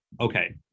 okay